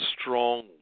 strong